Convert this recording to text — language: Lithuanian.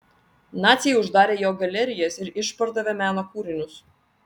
naciai uždarė jo galerijas ir išpardavė meno kūrinius